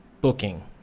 booking